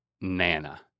Nana